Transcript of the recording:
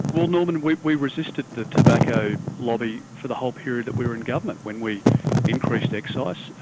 well norman we we resisted the tobacco lobby for the whole period that we were in government when we increased excise,